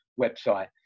website